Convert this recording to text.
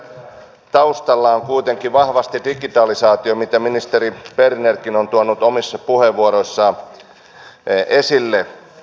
niissä taustalla on kuitenkin vahvasti digitalisaatio mitä ministeri bernerkin on tuonut omissa puheenvuoroissaan esille